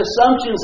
assumptions